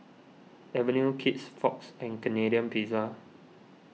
Avenue Kids Fox and Canadian Pizza